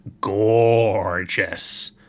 gorgeous